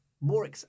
more